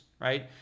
right